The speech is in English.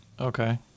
Okay